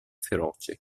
feroce